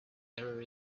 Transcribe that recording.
error